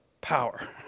power